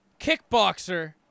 kickboxer